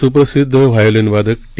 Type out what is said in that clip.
सुप्रसिद्ध व्हायोलिन वादक टी